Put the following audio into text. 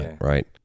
right